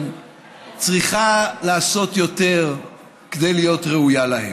צריכה לעשות יותר כדי להיות ראויה להם.